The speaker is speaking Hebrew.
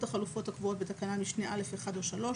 החלופות הקבועות בתקנת משנה (א)(1) או (3),